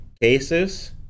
cases